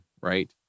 right